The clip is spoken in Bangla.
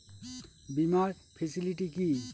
বীমার ফেসিলিটি কি?